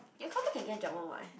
you confirm can get job [one] what